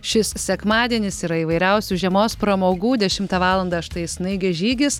šis sekmadienis yra įvairiausių žiemos pramogų dešimtą valandą štai snaigės žygis